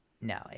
no